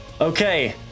Okay